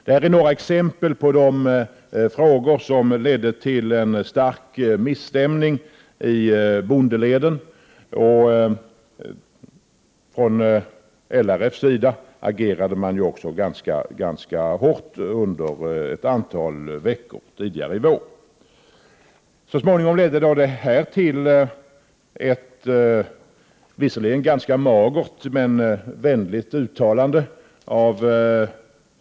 Detta är några exempel på åtgärder som ledde till en stark misstämning i bondeleden, och från LRF:s sida agerade man också ganska hårt under ett antal veckor tidigare under våren. Statsministern och jordbruksministern gjorde så småningom ett visserligen ganska magert men vänligt uttalande.